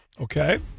Okay